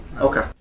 Okay